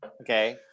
okay